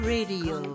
Radio